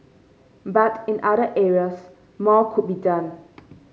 but in other areas more could be done